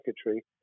secretary